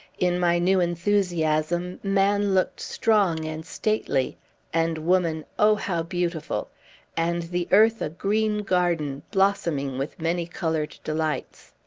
in my new enthusiasm, man looked strong and stately and woman, oh, how beautiful and the earth a green garden, blossoming with many-colored delights.